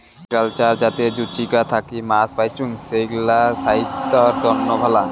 mariculture যাতে জুচিকা থাকি মাছ পাইচুঙ, সেগ্লা ছাইস্থ্যর তন্ন ভালা